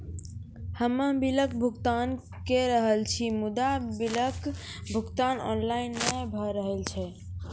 हम्मे बिलक भुगतान के रहल छी मुदा, बिलक भुगतान ऑनलाइन नै भऽ रहल छै?